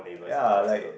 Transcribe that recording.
ya like